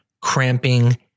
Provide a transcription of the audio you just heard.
cramping